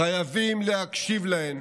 חייבים להקשיב להן